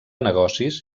negocis